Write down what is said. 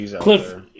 Cliff